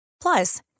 Plus